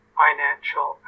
financial